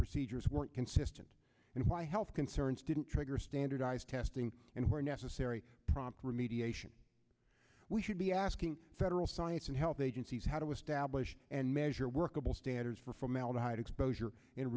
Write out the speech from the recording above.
procedures weren't consistent and why health concerns didn't trigger standardized testing and where necessary prompt remediation we should be asking federal science and health agencies how to establish and measure workable standards for formaldehyde exposure